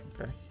Okay